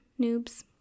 noobs